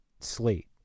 slate